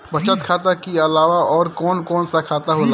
बचत खाता कि अलावा और कौन कौन सा खाता होला?